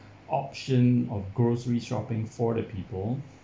option of grocery shopping for the people